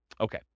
Okay